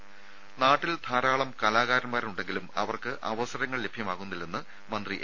ദരദ നാട്ടിൽ ധാരാളം കലാകാരൻമാരുണ്ടെങ്കിലും അവർക്ക് അവസരങ്ങൾ ലഭ്യാമാകുന്നില്ലെന്ന് മന്ത്രി എ